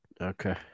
Okay